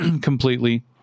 completely